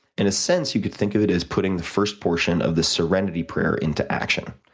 in a sense, you could think of it as putting the first portion of the serenity prayer into action,